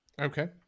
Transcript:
Okay